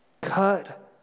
Cut